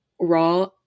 raw